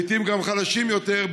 לעיתים גם חלשים יותר,